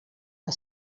que